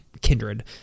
Kindred